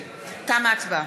תמה ההצבעה.